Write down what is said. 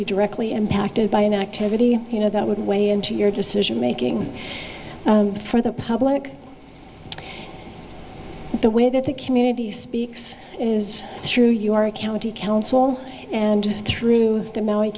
be directly impacted by an activity you know that would weigh into your decision making for the public the way that the community speaks through you are a county council and through t